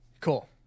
cool